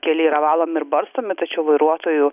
keliai yra valomi ir barstomi tačiau vairuotojų